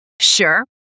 Sure